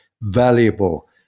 valuable